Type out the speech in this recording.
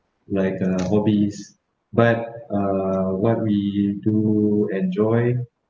like uh hobbies but uh what we do enjoy